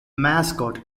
mascot